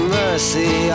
mercy